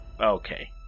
Okay